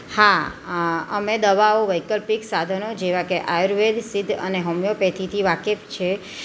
હા અમે દવાઓ વૈકલ્પિક સાધનો જેવા કે આયુર્વેદ સિદ્ધ અને હોમિયોપથિથી વાકેફ છીએ